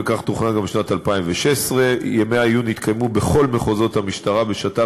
וכך מתוכנן גם לשנת 2016. ימי העיון התקיימו בכל מחוזות המשטרה בשיתוף